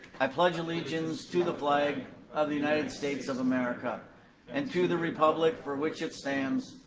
i pledge allegiance to the flag of the united states of america and to the republic for which it stands,